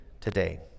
today